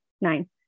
nine